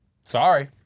Sorry